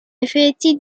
effetti